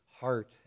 heart